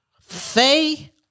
Faye